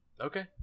Okay